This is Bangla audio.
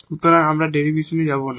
সুতরাং আমরা ডেরিভেশনে যাব না